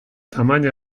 tamaina